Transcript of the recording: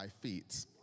feet